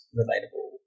relatable